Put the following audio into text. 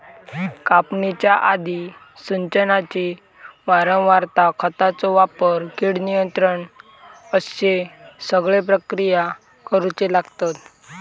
कापणीच्या आधी, सिंचनाची वारंवारता, खतांचो वापर, कीड नियंत्रण अश्ये सगळे प्रक्रिया करुचे लागतत